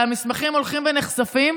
והמסמכים הולכים ונחשפים,